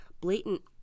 blatant